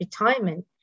retirement